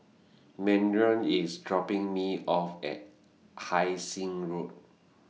Marion IS dropping Me off At Hai Sing Road